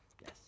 yes